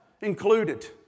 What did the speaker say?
included